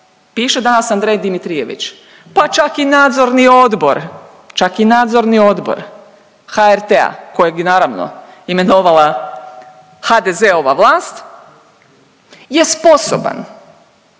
piše danas Andrej Dimitrijević, pa čak i Nadzorni odbor, čak i Nadzorni odbor HRT-a kojeg je naravno imenovala HDZ-ova vlast je sposoban